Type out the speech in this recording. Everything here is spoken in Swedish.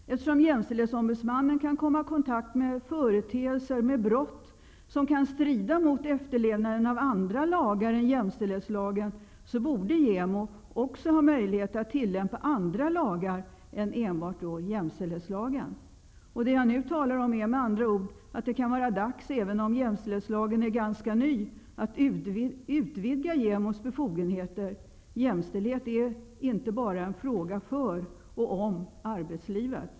Eftersom jämställdhetsombudsmannen kan komma i kontakt med företeelser och brott som kan strida mot efterlevnaden av andra lagar än jämställdhetslagen, borde JämO också ha möjlighet att tillämpa andra lagar än enbart jämställdhetslagen. Jag menar med andra ord att det nu, även om jämställdhetslagen är ganska ny, kan var dags att utvidga JämO:s befogenheter. Jämställdhet är inte en fråga bara för och om arbetslivet.